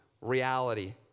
reality